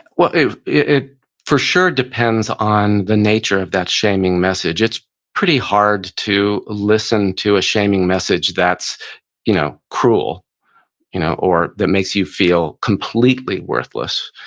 well it it for sure depends on the nature of that shaming message. it's pretty hard to listen to a shaming message that's you know cruel you know or that makes you feel completely worthless.